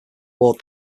ward